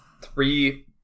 three